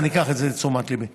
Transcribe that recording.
ואני אקח את זה לתשומת ליבי.